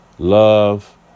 Love